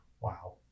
Wow